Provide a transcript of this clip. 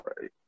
right